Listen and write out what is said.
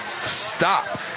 stop